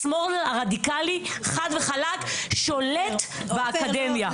השמאל הרדיקלי חד וחלק שולט באקדמיה.